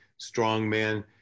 strongman